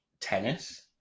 tennis